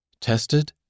Tested